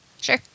Sure